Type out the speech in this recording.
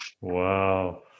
Wow